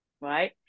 right